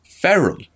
Feral